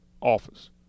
office